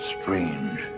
strange